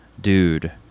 Dude